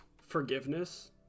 forgiveness